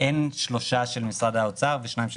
"יהיה בעל זכות הצבעה רק בעניינים המנויים בפסקאות